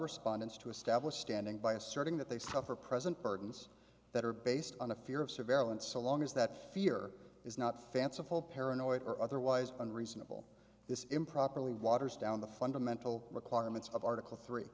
respondents to establish standing by asserting that they suffer present burdens that are based on a fear of surveillance so long as that fear is not fanciful paranoid or otherwise unreasonable this improperly waters down the fundamental requirements of article three